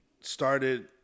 started